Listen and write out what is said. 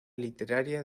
literaria